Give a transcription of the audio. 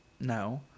No